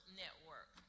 network